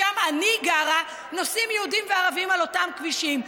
שם אני גרה נוסעים יהודים וערבים על אותם כבישים.